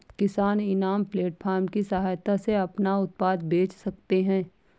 किसान eNAM platform की सहायता से अपना उत्पाद बेच सकते है